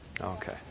Okay